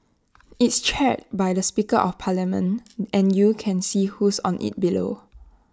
it's chaired by the speaker of parliament and you can see who's on IT below